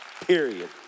period